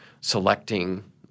selecting